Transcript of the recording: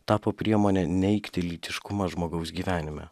tapo priemone neigti lytiškumą žmogaus gyvenime